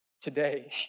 today